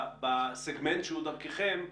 בסגמנט שהוא דרככם,